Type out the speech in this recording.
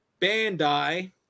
Bandai